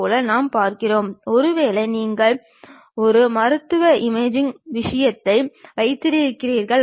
பல தோற்ற எறிய வரைபடத்தில் பொருளின் முழுமையான விவரங்களை துல்லியமாக காட்டுகிறது